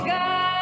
God